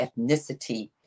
ethnicity